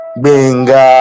benga